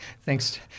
thanks